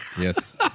Yes